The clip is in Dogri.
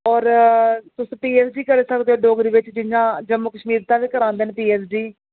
और तुस पीऐच्चडी करी सकदे ओ डोगरी बिच जि'यां जम्मू कश्मीर दा बी करांदे न पीऐच्चडी